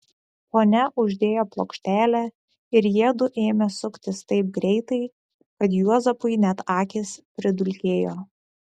ponia uždėjo plokštelę ir jiedu ėmė suktis taip greitai kad juozapui net akys pridulkėjo